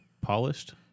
polished